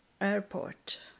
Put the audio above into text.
airport